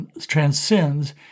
transcends